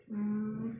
mm